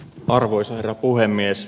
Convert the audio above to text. arvoisa herra puhemies